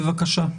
בבקשה.